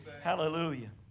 Hallelujah